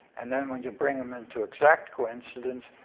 and then when you bring them into exact coincidence,